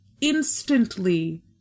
instantly